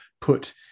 put